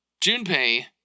Junpei